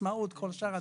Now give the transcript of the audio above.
עצמאות וכל שאר הדברים.